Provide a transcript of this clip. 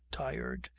tired,